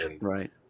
Right